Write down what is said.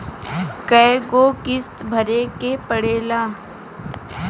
कय गो किस्त भरे के पड़ेला?